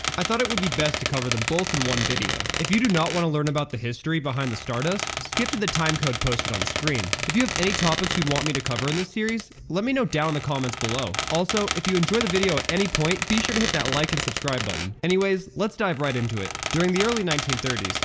i thought it would be best to cover them both in one video. if you do not want to learn about the history behind the stardust, skip to the time code posted on the screen. if you have any topics you want me to cover in this series, let me know down in the comments below! also, if you enjoy the video at any point be sure to hit that like and subscribe button! anyways, let's dive right into it! during the early nineteen thirty s,